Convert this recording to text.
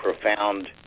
profound